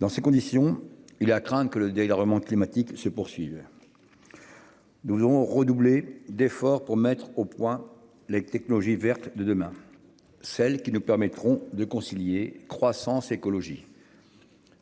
Dans ces conditions, il est à craindre que le d'égarement climatique se poursuivent. Nous devons redoubler d'efforts pour mettre au point les technologies vertes de demain. Celle qui nous permettront de concilier croissance écologie.